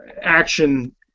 action